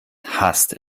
hasst